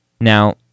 Now